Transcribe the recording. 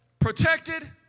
Protected